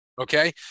Okay